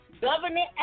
Governor